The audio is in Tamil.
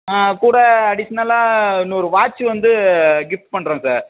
ஆ கூட அடிஷ்னலாக இன்னொரு வாட்ச்சு வந்து கிஃப்ட் பண்ணுறோம் சார்